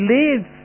live